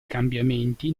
cambiamenti